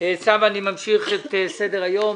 אנחנו ממשיכים בסדר היום.